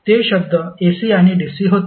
ते शब्द AC आणि DC होते